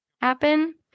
happen